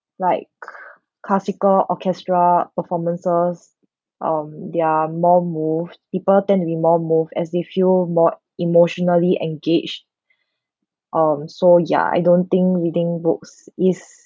like cl~ classical orchestra performances um they're more moved people tend to be more moved as they feel more emotionally engaged um so ya I don't think reading books is